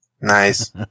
nice